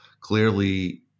Clearly